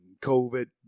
COVID